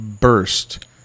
burst